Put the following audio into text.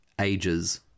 ages